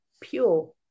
pure